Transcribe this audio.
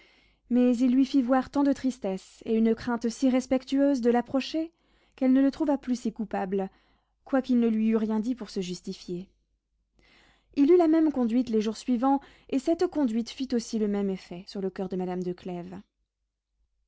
mais il lui fit voir tant de tristesse et une crainte si respectueuse de l'approcher qu'elle ne le trouva plus si coupable quoiqu'il ne lui eût rien dit pour se justifier il eut la même conduite les jours suivants et cette conduite fit aussi le même effet sur le coeur de madame de